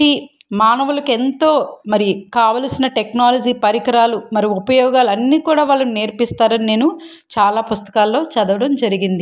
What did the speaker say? మానవులకు ఎంతో మరి కావలసిన టెక్నాలజీ పరికరాలు మరి ఉపయోగాలు అన్నీ కూడా వాళ్ళు నేర్పిస్తారని నేను చాలా పుస్తకాలలో చదవడం జరిగింది